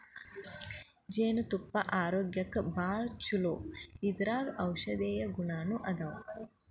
ಜೇನತುಪ್ಪಾ ಆರೋಗ್ಯಕ್ಕ ಭಾಳ ಚುಲೊ ಇದರಾಗ ಔಷದೇಯ ಗುಣಾನು ಅದಾವ